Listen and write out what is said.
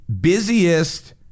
busiest